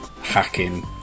hacking